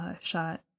shot